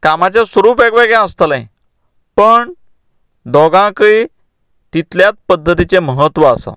कामाचें स्वरूप वेगवेगळें आसतलें पण दोगांकय तितल्याच पध्दतिचें म्हत्व आसा